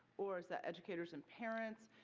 or is that educators and parents?